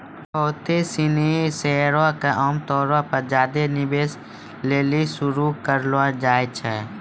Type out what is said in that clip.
बहुते सिनी शेयरो के आमतौरो पे ज्यादे निवेश लेली शुरू करलो जाय छै